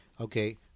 Okay